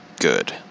good